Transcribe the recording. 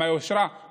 עם היושרה,